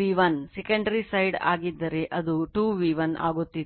V1 secondary side ಆಗಿದ್ದರೆ ಅದು 2 V1 ಆಗುತ್ತಿದೆ